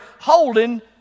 holding